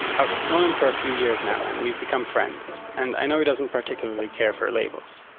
i've known him for a few years now, and we've become friends, and i know he doesn't particularly care for labels.